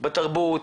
בתרבות,